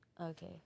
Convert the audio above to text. Okay